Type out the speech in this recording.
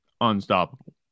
unstoppable